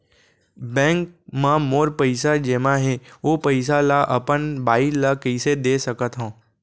Bank म मोर पइसा जेमा हे, ओ पइसा ला अपन बाई ला कइसे दे सकत हव?